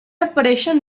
apareixen